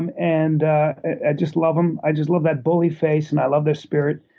and and i just love them. i just love that bully face, and i love their spirit.